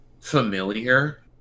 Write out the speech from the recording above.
familiar